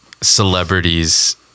celebrities